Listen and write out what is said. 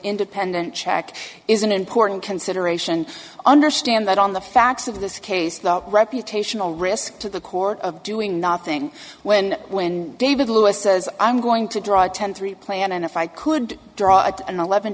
independent check is an important consideration understand that on the facts of this case reputational risk to the court of doing nothing when when david lewis says i'm going to draw ten three plan and if i could draw out an eleven